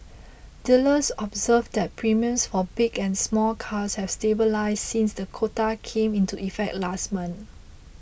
dealers observed that premiums for big and small cars have stabilised since the quota came into effect last month